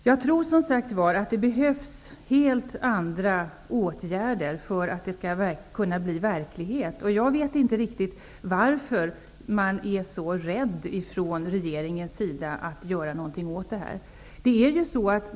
Det behövs alltså helt andra åtgärder för att kunna förverkliga detta, och jag vet inte riktigt varför man i regeringen är så rädd för att göra någonting åt det.